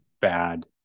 bad